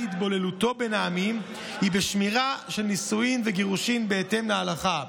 התבוללותו בין העמים היא בשמירה של נישואין וגירושין בהתאם להלכה.